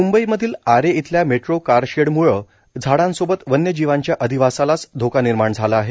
मुंबई मधील आरे इथल्या मेट्रो कारशेडम्ळे झाडांसोबत वन्यजीवांच्या अधिवासालाच धोका निर्माण झाला आहे